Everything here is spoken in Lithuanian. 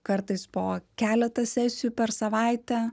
kartais po keletą sesijų per savaitę